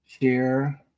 share